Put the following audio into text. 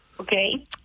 Okay